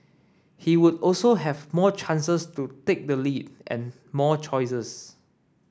he would also have more chances to take the lead and more choices